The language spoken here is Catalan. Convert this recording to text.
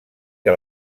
que